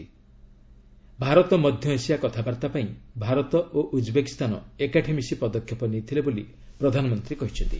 'ଭାରତ ମଧ୍ୟଏସିଆ' କଥାବାର୍ତ୍ତା ପାଇଁ ଭାରତ ଓ ଉକ୍ବେକିସ୍ତାନ ଏକାଠି ମିଶି ପଦକ୍ଷେପ ନେଇଥିଲେ ବୋଲି ପ୍ରଧାନମନ୍ତ୍ରୀ କହିଚ୍ଚନ୍ତି